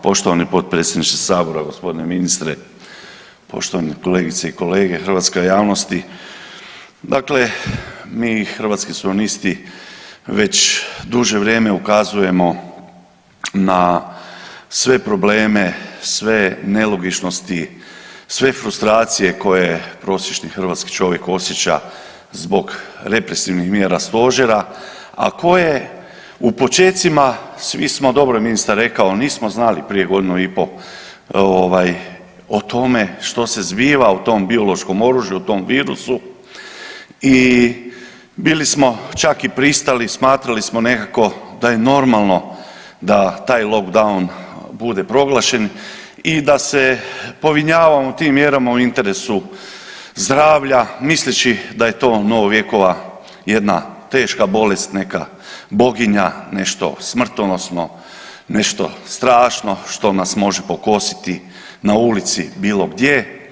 Poštovani potpredsjedniče sabora, gospodine ministre, poštovane kolegice i kolege, hrvatska javnosti, dakle mi Hrvatski suverenisti već duže vrijeme ukazujemo na sve probleme, sve nelogičnosti, sve frustracije koje prosječni hrvatski čovjek osjeća zbog represivnih mjera stožera, a koje u počecima svi smo, dobro je ministar rekao nismo znali prije godinu i po ovaj o tome što se zbiva, o tom biološkom oružju, o tom virusu i bili smo čak i pristali, smatrali smo nekako da je normalno da taj lockdown bude proglašen i da se povinjavamo tim mjerama u interesu zdravlja misleći da je to novovjekova jedna teška bolest neka, boginja, nešto smrtonosno, nešto strašno što nas može pokositi na ulici, bilo gdje.